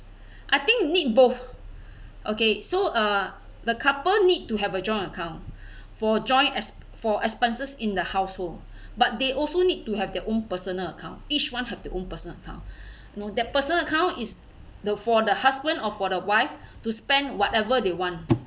I think need both okay so er the couple need to have a joint account for joy as for expenses in the household but they also need to have their own personal account each one have their own personal time nor the personal account is though for the husband of what a wife to spend whatever they want